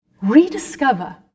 Rediscover